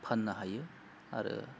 फाननो हायो आरो